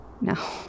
No